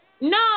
No